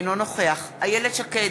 אינו נוכח איילת שקד,